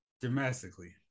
domestically